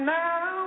now